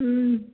ಹ್ಞೂ